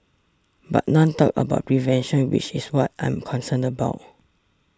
but none talked about prevention which is what I'm concerned about